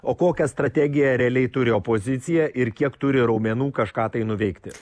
o kokią strategiją realiai turi opozicija ir kiek turi raumenų kažką tai nuveikti